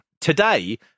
today